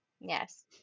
yes